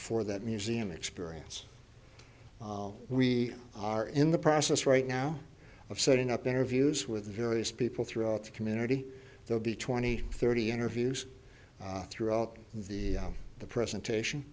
for that museum experience we are in the process right now of setting up interviews with various people throughout the community they'll be twenty thirty interviews throughout the the presentation